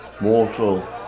mortal